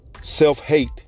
self-hate